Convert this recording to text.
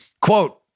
Quote